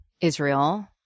Israel